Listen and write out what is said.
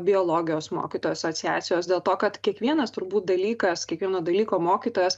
biologijos mokytojų asociacijos dėl to kad kiekvienas turbūt dalykas kiekvieno dalyko mokytojas